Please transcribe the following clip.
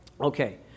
Okay